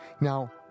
Now